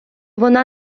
вона